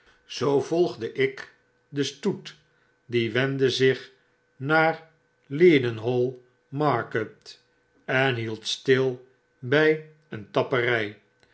zoo volgde ik den stoet deze wendde zich naar leadenhall market en hield stil bij een tappery